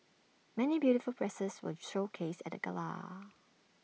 many beautiful presses were showcased at the gala